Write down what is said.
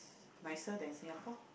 nicer than Singapore